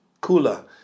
cooler